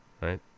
Right